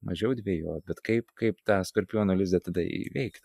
mažiau dvejot bet kaip kaip tą skorpiono lizdą tada įveikt